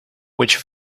which